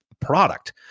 product